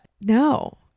no